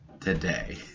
today